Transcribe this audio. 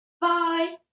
bye